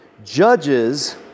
Judges